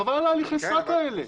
חבל על הליכי הסרק האלה.